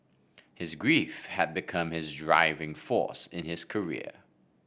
his grief had become his driving force in his career